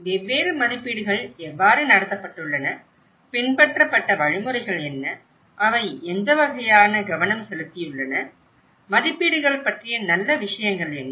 வெவ்வேறு மதிப்பீடுகள் எவ்வாறு நடத்தப்பட்டுள்ளன பின்பற்றப்பட்ட வழிமுறைகள் என்ன அவை எந்த வகையான கவனம் செலுத்தியுள்ளன மதிப்பீடுகள் பற்றிய நல்ல விஷயங்கள் என்ன